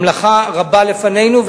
המלאכה רבה לפנינו,